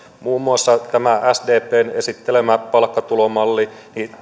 muun muassa tämä sdpn esittelemä palkkatulomallihan